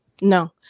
No